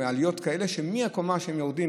מעליות כאלה מהקומה שבה הם יורדים,